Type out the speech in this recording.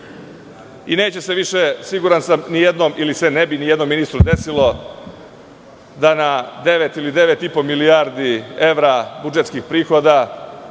i neće se više, siguran sam, ni jednom ili se ne bi ni jednom ministru desilo da na devet ili devet i po milijardi evra budžetskih prihoda